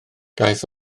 daeth